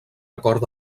acord